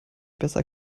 besser